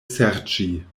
serĉi